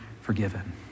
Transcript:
forgiven